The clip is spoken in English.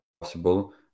possible